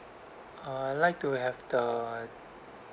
uh I'd like to have the